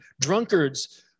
drunkards